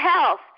health